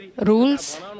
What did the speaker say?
rules